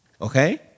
Okay